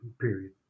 Period